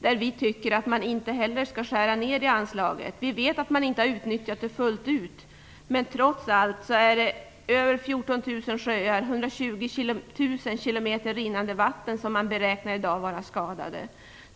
där vi tycker att anslaget inte skall skäras ned.